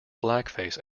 blackface